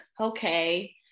okay